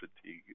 fatigue